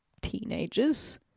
teenagers